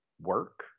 work